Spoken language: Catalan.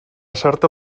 certa